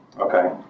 okay